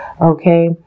Okay